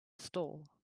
stall